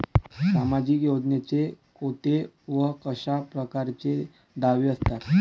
सामाजिक योजनेचे कोंते व कशा परकारचे दावे असतात?